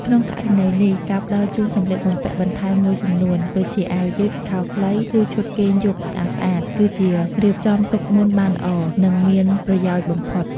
ក្នុងករណីនេះ ការផ្តល់ជូនសម្លៀកបំពាក់បន្ថែមមួយចំនួន ដូចជាអាវយឺត ខោខ្លី ឬឈុតគេងយប់ស្អាតៗ គឺជារៀបចំទុកមុនបានល្អ និងមានប្រយោជន៍បំផុត។